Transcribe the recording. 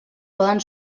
poden